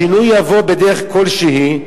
השינוי יבוא בדרך כלשהי,